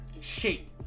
shape